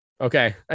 Okay